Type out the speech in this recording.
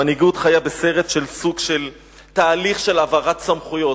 המנהיגות חיה בסרט מסוג של תהליך העברת סמכויות.